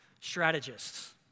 strategists